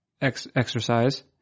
exercise